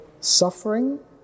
suffering